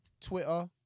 Twitter